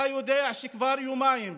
אתה יודע שכבר יומיים